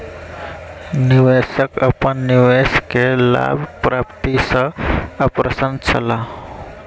निवेशक अपन निवेश के लाभ प्राप्ति सॅ अप्रसन्न छला